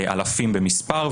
אלפים במספר,